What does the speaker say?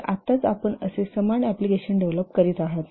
तर आत्ताच आपण असे समान एप्लिकेशन डेव्हलप करीत आहात